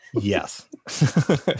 Yes